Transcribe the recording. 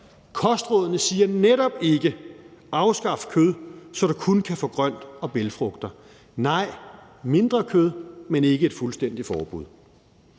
Kostrådene siger netop ikke: Afskaf kød, så du kun kan få grønt og bælgfrugter. Nej, det handler om at spise mindre kød, men ikke et fuldstændigt forbud.